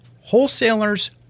wholesalers